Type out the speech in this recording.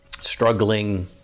struggling